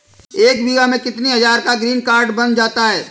एक बीघा में कितनी हज़ार का ग्रीनकार्ड बन जाता है?